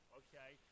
okay